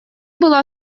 была